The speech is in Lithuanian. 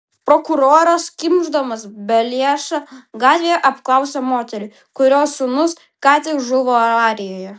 prokuroras kimšdamas beliašą gatvėje apklausia moterį kurios sūnus ką tik žuvo avarijoje